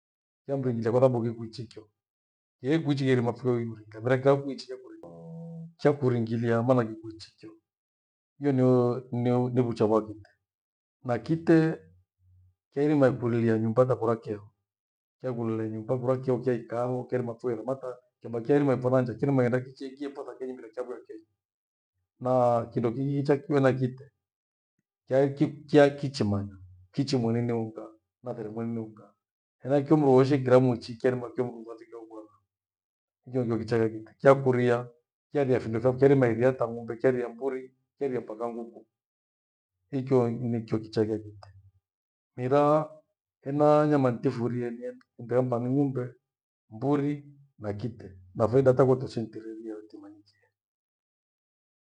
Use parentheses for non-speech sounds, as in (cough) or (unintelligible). Chamringirie kwasababu kikwichikio ihe ukwichi hire mafio iriurinde mira kuichiefo (noise) chakuringilia maana nikuichikio. Hio nio ndiokuchaghua kite. Na kite keirima kyakuriria nyumba kakuna keho. Ekulindie nyumba kuna kyeo kyei ikaaaho kerima fue nomatha kenda charima impha nanja ichonomanya nda kicheighi. Na kindo kingi cha kio na ikite yaiki kyakichimanya kichimoni ni mka na pheremweni ni mka henaikio mndu wowoshe kira mwichi kerima kio mdu wathikao bwana. Hiyo ndio kicha kite kyakuria, kyaria findo vyake kyeirima iria ata ng'ombe kyeria mburi kyeria mpaka nguku. Hikyo handu nichokicha cheghita. Mira hena nyama ntifurie (unintelligible) ng'ombe, mburi na kite na faida twake toshe nitirerioho na timanyike.